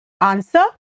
Answer